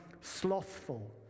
slothful